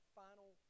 final